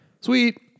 Sweet